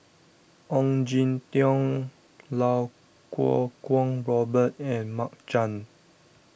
Ong Jin Teong Lau Kuo Kwong Robert and Mark Chan